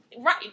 Right